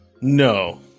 No